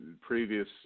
Previous